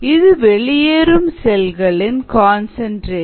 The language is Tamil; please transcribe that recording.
இது வெளியேறும் செல்களின் கன்சன்ட்ரேஷன்